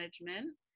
management